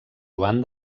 joan